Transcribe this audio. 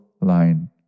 line